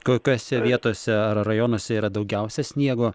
kokiose vietose ar rajonuose yra daugiausia sniego